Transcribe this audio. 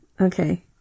Okay